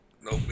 nope